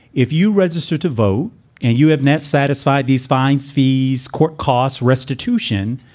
if you register to vote and you have not satisfied these fines, fees, court costs, restitution,